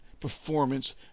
performance